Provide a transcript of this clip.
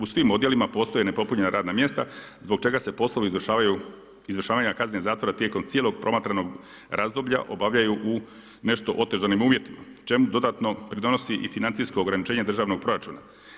U svim odjelima postoje nepopunjena radna mjesta zbog čega se poslovi izvršavanja kazne zatvora tijekom cijelog promatranog razdoblja obavljaju u nešto otežanim uvjetima, čemu dodatno pridonosi i financijsko ograničenje državnog proračuna.